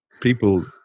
people